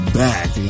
back